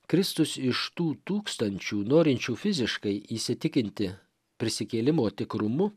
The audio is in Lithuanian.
kristus iš tų tūkstančių norinčių fiziškai įsitikinti prisikėlimo tikrumu